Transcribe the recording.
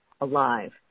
alive